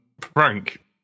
Frank